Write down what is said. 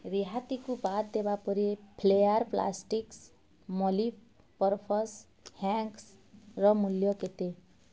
ରିହାତିକୁ ବାଦ୍ ଦେବା ପରେ ଫ୍ଲେୟାର୍ ପ୍ଲାଷ୍ଟିକ୍ସ୍ ମଲ୍ଟିପର୍ପସ୍ ହ୍ୟାଙ୍ଗର୍ସର ମୂଲ୍ୟ କେତେ